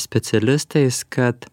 specialistais kad